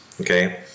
Okay